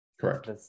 Correct